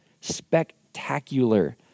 spectacular